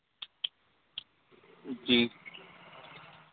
जी